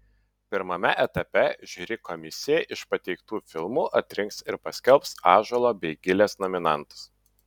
pirmame etape žiuri komisija iš pateiktų filmų atrinks ir paskelbs ąžuolo bei gilės nominantus